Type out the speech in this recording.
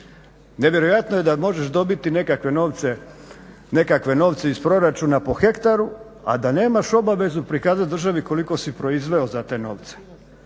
Nevjerojatno je da možeš dobiti nekakve novce iz proračuna po hektaru a da nemaš obavezu prikazati državi koliko si proizveo za taj novac,